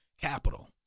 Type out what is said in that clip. capital